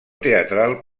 teatral